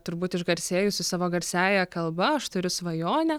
turbūt išgarsėjusi savo garsiąja kalba aš turiu svajonę